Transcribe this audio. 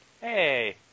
Hey